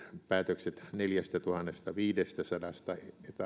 päätökset neljästätuhannestaviidestäsadasta